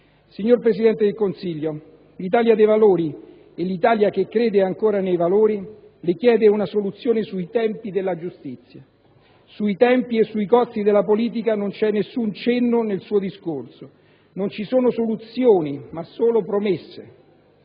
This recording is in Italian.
Signor Presidente del Consiglio, l'Italia dei Valori e l'Italia che crede ancora nei valori le chiedono una soluzione sui tempi della giustizia. Sui tempi e sui costi della politica non c'è alcun cenno nel suo discorso. Non ci sono soluzioni ma solo promesse.